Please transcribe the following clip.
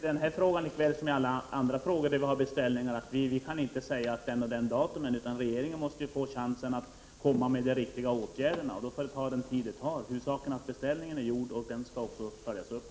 Herr talman! Vi kan inte i den här frågan lika litet som i alla andra frågor där det har gjorts beställningar — ange något datum. Regeringen måste få chansen att komma fram till vilka som är de riktiga åtgärderna, och det får ta den tid det tar. Huvudsaken är att beställningen är gjord, och den skall också följas upp.